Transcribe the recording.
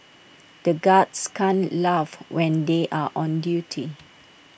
the guards can't laugh when they are on duty